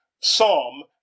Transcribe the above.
Psalm